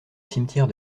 cimetière